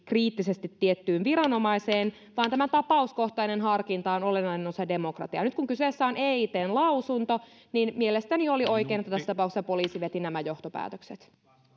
kriittisesti tiettyyn viranomaiseen vaan tämä tapauskohtainen harkinta on olennainen osa demokratiaa nyt kun kyseessä on eitn lausunto mielestäni oli oikein että tässä tapauksessa poliisi veti nämä johtopäätökset